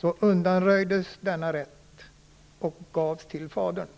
undanröjdes denna rätt, och vårdnaden gavs till fadern.